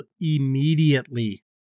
immediately